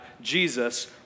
Jesus